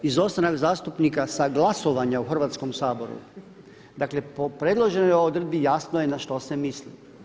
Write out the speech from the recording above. Izostanak zastupnika sa glasovanja u Hrvatskom saboru, dakle po predloženoj odredbi jasno je na šta se misli.